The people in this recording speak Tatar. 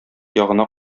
ягына